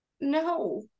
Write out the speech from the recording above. No